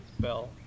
Bell